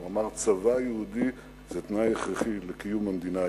הוא אמר: צבא יהודי זה תנאי הכרחי לקיום המדינה היהודית.